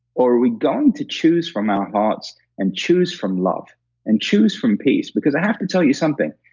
or are we going to choose from our hearts and choose from love and choose from peace? because i have to tell you something,